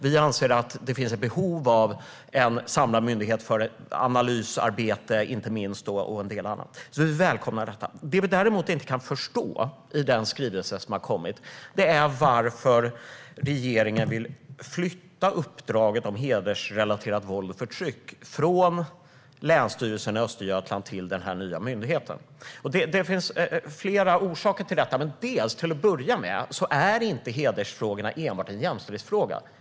Vi anser att det finns behov av en samlad myndighet, inte minst för analysarbete och en del annat. Vi välkomnar alltså det. I den skrivelse som har kommit kan vi däremot inte förstå varför regeringen vill flytta uppdraget om hedersrelaterat våld och förtryck från Länsstyrelsen i Östergötland till den nya myndigheten. Det finns flera orsaker till att vi inte kan förstå det. Till att börja med är hedersfrågorna inte enbart en jämställdhetsfråga.